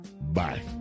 Bye